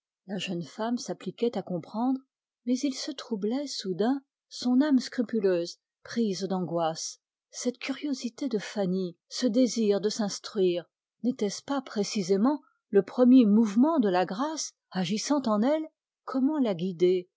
la jeune femme s'appliquait à comprendre mais il se troublait soudain son âme scrupuleuse prise d'angoisse cette curiosité de fanny ce désir de s'instruire n'était-ce pas précisément le premier mouvement de la grâce agissant en elle comment la guider